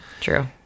True